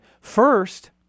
First